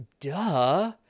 duh